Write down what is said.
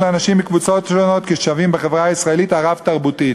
אנשים מקבוצות שונות כשווים בחברה הישראלית הרב-תרבותית.